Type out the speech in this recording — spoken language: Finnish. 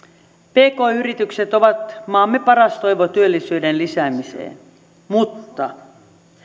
pk yritykset ovat maamme paras toivo työllisyyden lisäämiseen mutta